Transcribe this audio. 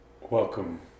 Welcome